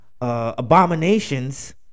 abominations